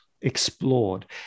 explored